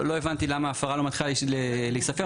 לא הבנתי למה ההפרה לא מתחילה להיספר.